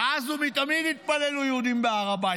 מאז ומתמיד התפללו יהודים בהר הבית.